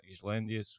Islândia